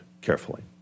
carefully